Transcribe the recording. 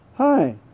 Hi